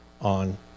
on